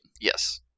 Yes